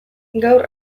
gaur